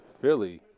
Philly